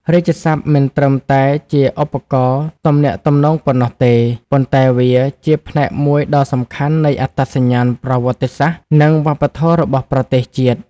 រាជសព្ទមិនត្រឹមតែជាឧបករណ៍ទំនាក់ទំនងប៉ុណ្ណោះទេ ប៉ុន្តែវាជាផ្នែកមួយដ៏សំខាន់នៃអត្តសញ្ញាណប្រវត្តិសាស្ត្រ និងវប្បធម៌របស់ប្រទេសជាតិ។